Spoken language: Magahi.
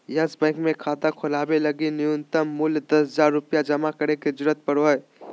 यस बैंक मे खाता खोलवावे लगी नुय्तम मूल्य दस हज़ार रुपया जमा करे के जरूरत पड़ो हय